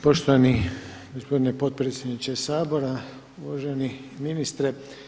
Poštovani gospodine potpredsjedniče Sabora, uvaženi ministre!